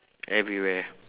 everywhere